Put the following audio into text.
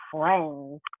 friends